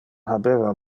habeva